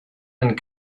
and